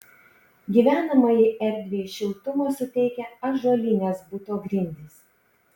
gyvenamajai erdvei šiltumo suteikia ąžuolinės buto grindys